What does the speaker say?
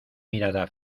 mirada